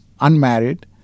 unmarried